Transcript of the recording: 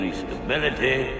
stability